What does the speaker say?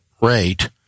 rate